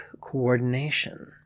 coordination